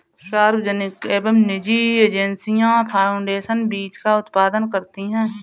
सार्वजनिक एवं निजी एजेंसियां फाउंडेशन बीज का उत्पादन करती है